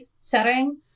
setting